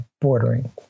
bordering